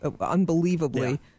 unbelievably